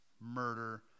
murder